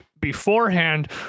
beforehand